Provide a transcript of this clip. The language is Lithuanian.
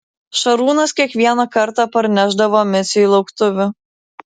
šarūnas kiekvieną kartą parnešdavo miciui lauktuvių